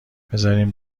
بذارین